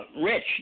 Rich